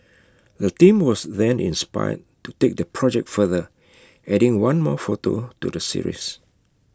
the team was then inspired to take their project further adding one more photo to the series